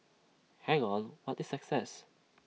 hang on what is success